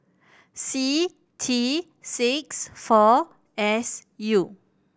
C T six four S U